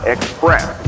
Express